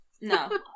No